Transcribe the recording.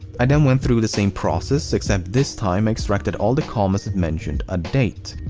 i then went through the same process, except this time, i extracted all the comments that mentioned a date.